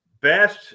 Best